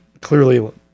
clearly